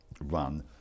run